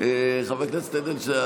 חבר הכנסת אדלשטיין,